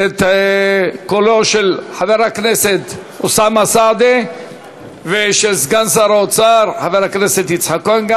את קולם של חבר הכנסת אוסאמה סעדי וסגן שר האוצר חבר הכנסת יצחק כהן,